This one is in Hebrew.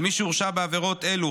על מי שהורשע בעבירות אלו,